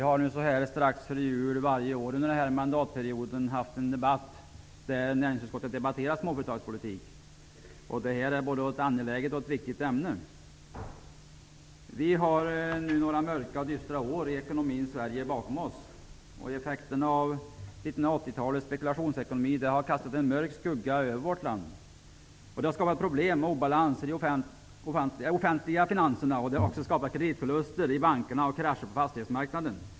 Herr talman! Under den här mandatperioden har näringsutskottet varje år strax före jul debatterat småföretagspolitiken. Det är ett både angeläget och viktigt ämne. Vi har nu några mörka och dystra år i ekonomins Sverige bakom oss. Effekterna av 1980-talets spekulationsekonomi har kastat en mörk skugga över vårt land. De har skapat problem och obalans i de offentliga finanserna. De har skapat kreditförluster i bankerna och krascher på fastighetsmarknaden.